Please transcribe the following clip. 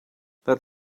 that